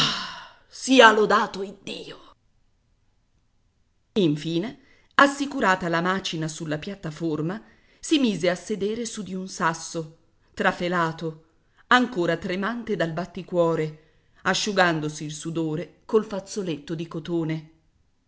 sia lodato iddio infine assicurata la macina sulla piattaforma si mise a sedere su di un sasso trafelato ancora tremante dal batticuore asciugandosi il sudore col fazzoletto di cotone